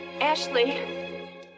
Ashley